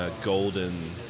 golden